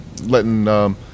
letting